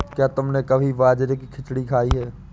क्या तुमने कभी बाजरे की खिचड़ी खाई है?